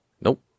Nope